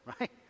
right